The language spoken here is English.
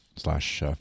slash